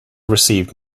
received